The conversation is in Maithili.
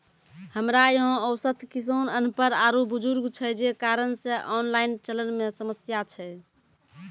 हमरा यहाँ औसत किसान अनपढ़ आरु बुजुर्ग छै जे कारण से ऑनलाइन चलन मे समस्या छै?